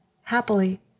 happily